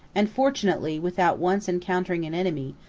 and fortunately without once encountering an enemy,